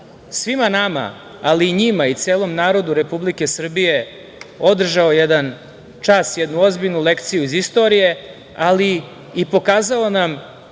svima nama, ali i njima, i celom narodu Republike Srbije održao jedan čas, jednu ozbiljnu lekciju iz istorije, ali i pokazao nam